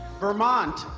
Vermont